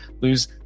lose